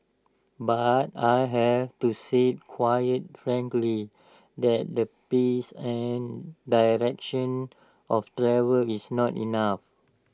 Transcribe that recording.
but I have to say quite frankly that the pace and direction of travel is not enough